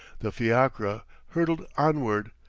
the fiacre hurtled onward,